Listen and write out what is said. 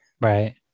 Right